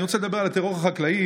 אני רוצה לדבר על הטרור החקלאי,